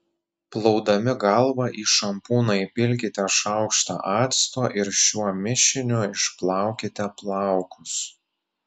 plaudami galvą į šampūną įpilkite šaukštą acto ir šiuo mišiniu išplaukite plaukus